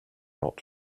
not